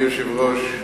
אדוני היושב-ראש,